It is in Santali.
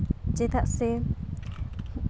ᱪᱮᱫᱟᱜ ᱥᱮ